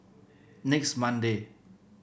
next Monday